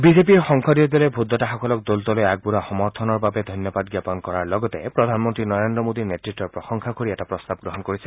বিজেপিৰ সংসদীয় দলে ভোটদাতাসকলক দলটোলৈ সমৰ্থন আগবঢ়োৱাৰ বাবে ধন্যবাদ জ্ঞাপন কৰাৰ লগতে প্ৰধানমন্তী নৰেন্দ্ৰ মোদীৰ নেতৃত্বৰ প্ৰশংসা কৰি এটা প্ৰস্তাৰ গ্ৰহণ কৰিছে